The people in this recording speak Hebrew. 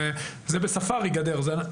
בספארי יש גדר.